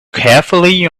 carefully